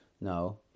No